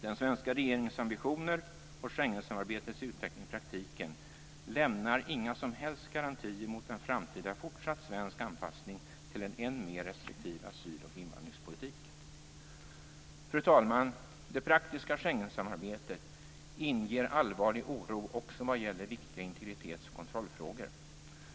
Den svenska regeringens ambitioner och Schengensamarbetets utveckling i praktiken lämnar därför inga som helst garantier mot en framtida fortsatt svensk anpassning till en än mer restriktiv asyl och invandringspolitik. Fru talman! Det praktiska Schengensamarbetet inger allvarlig oro, också vad gäller viktiga integritetsoch kontrollfrågor.